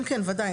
כן, ודאי.